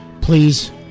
Please